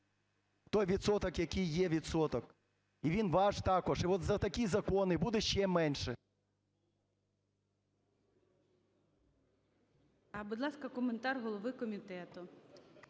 той відсоток, який є відсоток, і він ваш також. І от за такі закони буде ще менше.